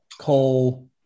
coal